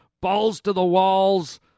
balls-to-the-walls